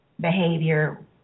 behavior